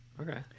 Okay